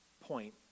point